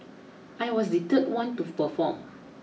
I was the third one to perform